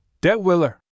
Detwiller